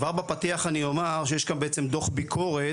כבר בפתיח אני אומר שיש כאן דו"ח ביקורת